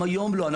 גם היום לא.